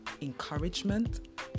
encouragement